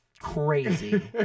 crazy